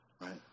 right